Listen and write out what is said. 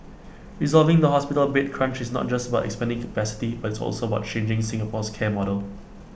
resolving the hospital bed crunch is not just about expanding capacity but it's also about changing Singapore's care model